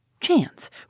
Chance